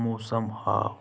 موسم ہاو